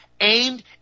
Aimed